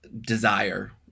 desire